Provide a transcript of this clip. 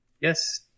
Yes